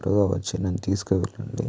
త్వరగా వచ్చి నన్ను తీసుకెళ్ళకండి